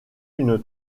une